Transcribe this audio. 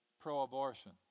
pro-abortion